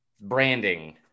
branding